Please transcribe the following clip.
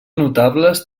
notables